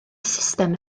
system